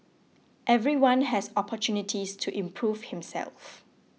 everyone has opportunities to improve himself